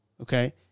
Okay